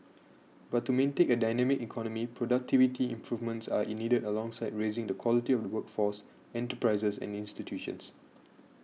but to maintain a dynamic economy productivity improvements are needed alongside raising the quality of the workforce enterprises and institutions